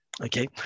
Okay